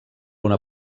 una